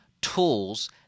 tools